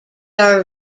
are